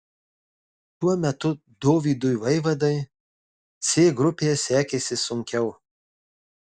tuo metu dovydui vaivadai c grupėje sekėsi sunkiau